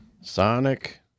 Sonic